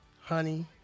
Honey